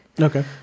Okay